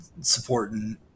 supporting